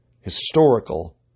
historical